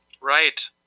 Right